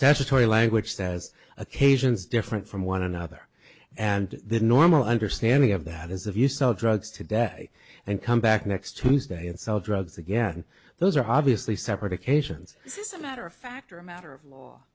statutory language says occasions different from one another and the normal understanding of that is of use of drugs today and come back next tuesday and sell drugs again those are obviously separate occasions this is a matter of fact or a matter of